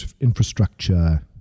infrastructure